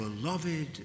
beloved